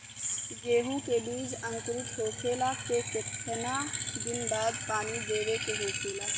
गेहूँ के बिज अंकुरित होखेला के कितना दिन बाद पानी देवे के होखेला?